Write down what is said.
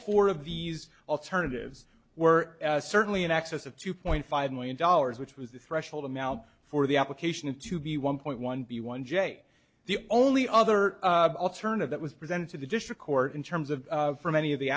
four of these alternatives were certainly in excess of two point five million dollars which was the threshold amount for the application to be one point one b one j the only other alternative that was presented to the district court in terms of from any of the